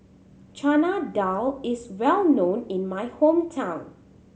Chana Dal is well known in my hometown